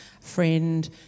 friend